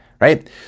right